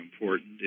important